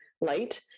light